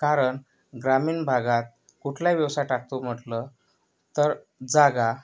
कारण ग्रामीण भागात कुठलाही व्यवसाय टाकतो म्हटलं तर जागा